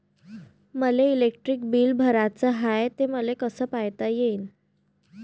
मले electric bill भराचं हाय, ते मले कस पायता येईन?